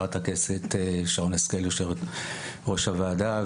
חברת הכנסת שרן השכל יושבת הראש הוועדה,